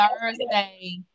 Thursday